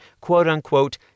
quote-unquote